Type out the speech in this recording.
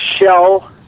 shell